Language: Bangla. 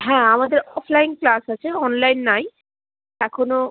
হ্যাঁ আমাদের অফলাইন ক্লাস আছে অনলাইন নাই এখনও